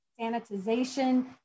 sanitization